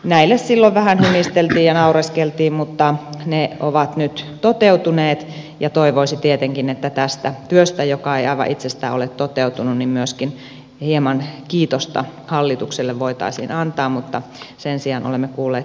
näille silloin vähän hymisteltiin ja naureskeltiin mutta ne ovat nyt toteutuneet ja toivoisi tietenkin että tästä työstä joka ei aivan itsestään ole toteutunut myöskin hieman kiitosta hallitukselle voitaisiin antaa mutta sen sijaan olemme kuulleet sitäkin enemmän vähättelyä